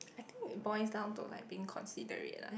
I think it boils down to like being considerate ah